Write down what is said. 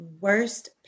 worst